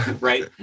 right